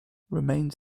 remains